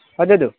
वदतु